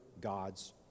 God's